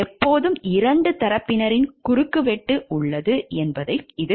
எப்போதும் 2 தரப்பினரின் குறுக்குவெட்டு உள்ளது